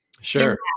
Sure